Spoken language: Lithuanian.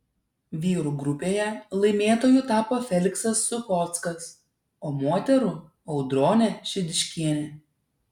vyrų grupėje laimėtoju tapo feliksas suchockas o moterų audronė šidiškienė